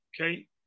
Okay